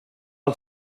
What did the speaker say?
was